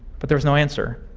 but there was no answer.